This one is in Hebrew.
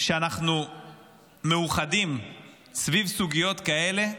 שאנחנו מאוחדים סביב סוגיות כאלה,